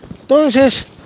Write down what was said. entonces